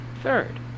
Third